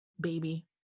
baby